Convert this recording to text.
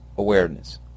awareness